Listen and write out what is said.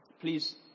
Please